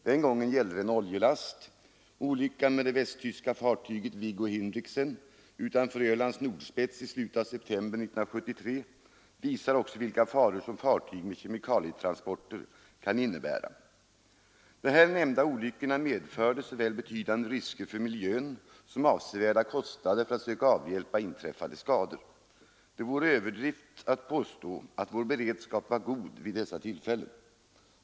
Den gången gällde det en oljelast. Olyckan med det västtyska fartyget Wiggo Hinrichsen utanför Ölands nordspets i slutet av september 1973 visar också vilka faror som fartygstransporter med kemikalier kan innebära. De här nämnda olyckorna medförde såväl betydande risker för miljön som avsevärda kostnader för att söka avhjälpa inträffade skador. Det vore överdrift att påstå att vår beredskap var god vid dessa tillfällen.